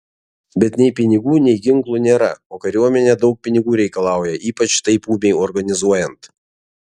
bet nei pinigų nei ginklų nėra o kariuomenė daug pinigų reikalauja ypač taip ūmiai organizuojant